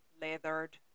leathered